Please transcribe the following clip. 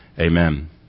amen